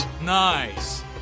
Nice